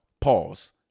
Pause